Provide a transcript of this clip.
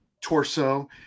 torso